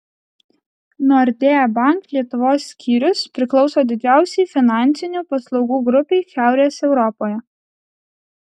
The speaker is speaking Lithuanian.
nordea bank lietuvos skyrius priklauso didžiausiai finansinių paslaugų grupei šiaurės europoje